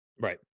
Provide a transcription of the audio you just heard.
Right